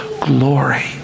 glory